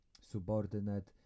subordinate